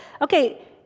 Okay